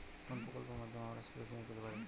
কোন প্রকল্পের মাধ্যমে আমরা স্প্রে মেশিন পেতে পারি?